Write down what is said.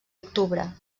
octubre